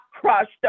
crushed